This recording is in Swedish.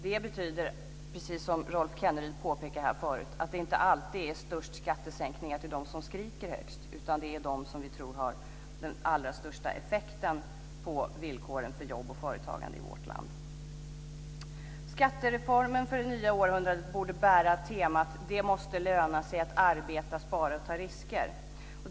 Det betyder precis som Rolf Kenneryd påpekade här tidigare att det inte alltid är fråga om störst skattesänkningar till dem som skriker högst, utan det är fråga om skattesänkningar som vi tror har den allra största effekten på villkoren för jobb och företagande i vårt land. Skattereformen för det nya århundradet borde bära temat: Det måste löna sig att arbeta, spara och ta risker.